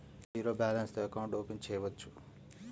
Zero balance తో account open చేయవచ్చు?